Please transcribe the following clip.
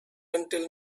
until